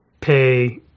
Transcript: pay